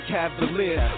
Cavalier